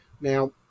Now